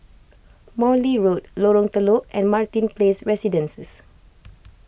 Morley Road Lorong Telok and Martin Place Residences